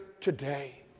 today